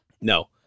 no